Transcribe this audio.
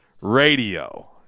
radio